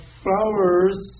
flowers